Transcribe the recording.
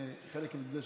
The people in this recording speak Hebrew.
חלק עם נדודי שינה,